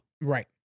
Right